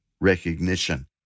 recognition